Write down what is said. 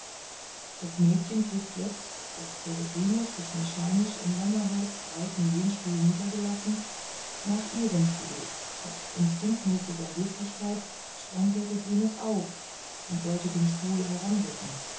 das mädchen griff jetzt als peregrinus sich mechanisch in lämmerhirts breiten lehnsessel niedergelassen nach ihrem stuhl aus instinktmäßiger höflichkeit sprang herr peregrinus auf und wollte den stuhl heranrücken